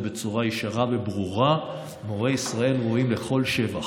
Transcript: בצורה ישרה וברורה: מורי ישראל ראויים לכל שבח.